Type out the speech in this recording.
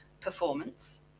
performance